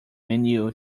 menu